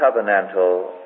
covenantal